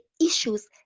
issues